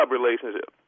relationship